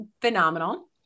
phenomenal